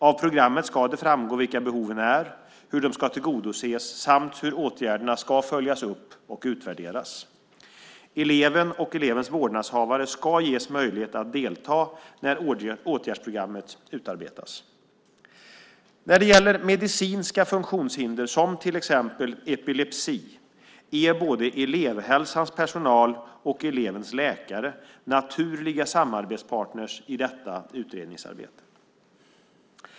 Av programmet ska det framgå vilka behoven är, hur de ska tillgodoses samt hur åtgärderna ska följas upp och utvärderas. Eleven och elevens vårdnadshavare ska ges möjlighet att delta när åtgärdsprogrammet utarbetas. När det gäller medicinska funktionshinder som till exempel epilepsi är både elevhälsans personal och elevens läkare naturliga samarbetspartner i detta utredningsarbete.